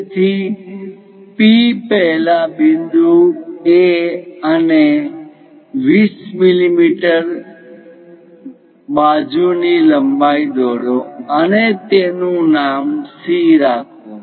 તેથી P પહેલાં અહીં બિંદુ A અને 20 મીમીની બાજુની લંબાઈ દોરો અને તેનું નામ C રાખો